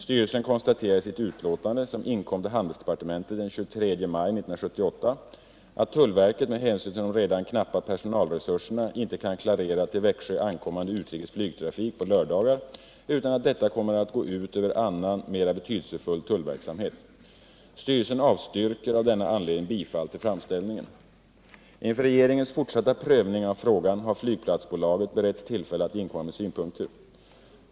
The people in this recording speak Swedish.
Styrelsen konstaterar i sitt utlåtande, som inkom till handelsdepartementet den 23 maj 1978, att tullverket med hänsyn till de redan knappa personalresurserna inte kan klarera till Växjö ankommande utrikes flygtrafik på lördagar utan att detta kommer att gå ut över annan mera betydelsefull tullverksamhet. Styrelsen avstyrker av denna anledning bifall till framställningen. Inför regeringens fortsatta prövning av frågan har flygplatsbolaget beretts tillfälle att inkomma med synpunkter.